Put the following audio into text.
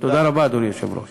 תודה רבה, אדוני היושב-ראש.